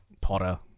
Potter